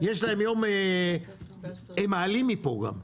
יש להם יום, כי הם מעלים מפה גם.